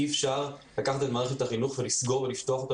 אי אפשר לקחת את מערכת החינוך ולסגור ולפתוח אותה